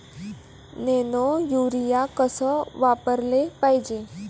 Nano urea कस वापराले पायजे?